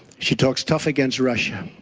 she talks tough against russia,